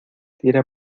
tira